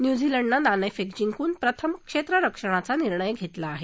न्यूझीलंडनं नाणेफेक जिंकून प्रथम क्षेत्ररक्षणाचा निर्णय घेतला आहे